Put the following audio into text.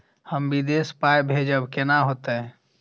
हम विदेश पाय भेजब कैना होते?